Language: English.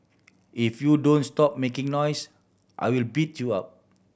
if you don't stop making noise I will beat you up